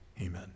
amen